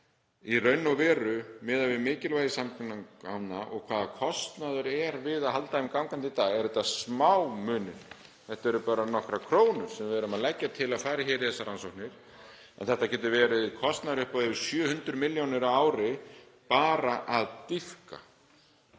í raun og veru, miðað við mikilvægi samgangna og hvaða kostnaður er við að halda þeim gangandi í dag, eru þetta smámunir, þetta eru bara nokkrar krónur sem við erum að leggja til að fari í þessar rannsóknir. Það getur verið kostnaður upp á yfir 700 millj. kr. á ári, bara að dýpka,